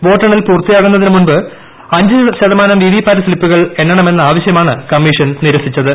വോട്ടെണ്ണൽ പൂർത്തിയാകുന്നതിന് മുമ്പ് തന്നെ അഞ്ച് ശതമാനം വിവിപാറ്റ് സ്ലിപ്പുകൾ എണ്ണണമെന്ന ആവശ്യമാണ് കമ്മീഷൻ നിരസിച്ചത്